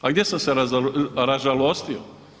A gdje sam se ražalostio?